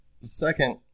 second